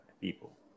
people